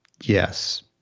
yes